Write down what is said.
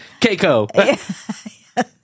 Keiko